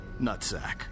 nutsack